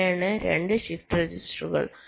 ഇവയാണ് 2 ഷിഫ്റ്റ് രജിസ്റ്ററുകൾ